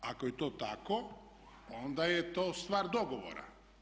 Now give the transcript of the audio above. Ako je to tako, onda je to stvar dogovora.